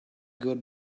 good